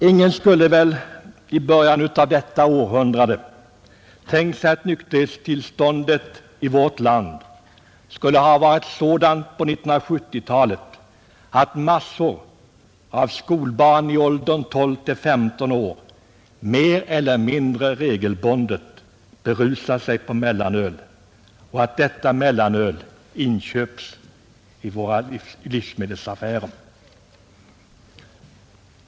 Ingen skulle väl i början av detta århundrade tänkt sig att nykterhetstillståndet i vårt land skulle bli sådant på 1970-talet att massor av skolbarn i åldern 12—15 år mer eller mindre regelbundet berusar sig på mellanöl, och att detta mellanöl inköps i våra livsmedelsaffärer.